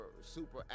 super